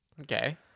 Okay